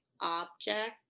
object